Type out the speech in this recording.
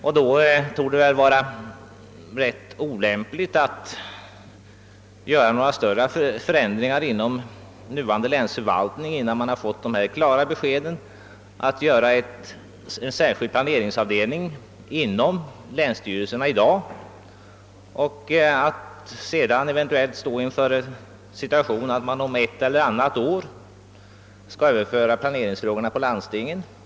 Det torde därför vara olämpligt att göra några större förändringar inom nuvarande länsförvaltning innan klara besked härvidlag har givits. Att i dag inrätta särskilda planeringsavdelningar inom länsstyrelserna för att sedan om ett eller annat år eventuellt stå i den situationen att planeringsfrågorna skall överföras på landstingen förefaller ganska orationellt.